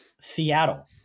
Seattle